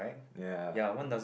ya